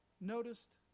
noticed